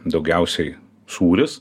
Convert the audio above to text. daugiausiai sūris